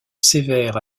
sévère